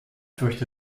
fürchte